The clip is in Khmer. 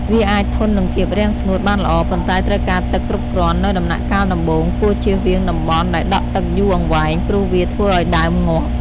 វាអាចធន់នឹងភាពរាំងស្ងួតបានល្អ ប៉ុន្តែត្រូវការទឹកគ្រប់គ្រាន់នៅដំណាក់កាលដំបូង គួរចៀសវាងតំបន់ដែលដក់ទឹកយូរអង្វែង ព្រោះវាធ្វើឱ្យដើមងាប់។